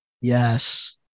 Yes